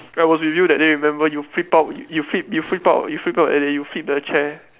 I was with you that day remember you flip out you flip you flip out you flip out and then you flip the chair